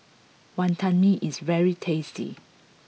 Wantan Mee is very tasty